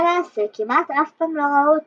למעשה, כמעט אף פעם לא ראו אותם,